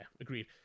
Agreed